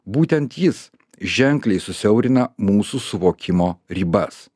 būtent jis ženkliai susiaurina mūsų suvokimo ribas